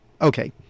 Okay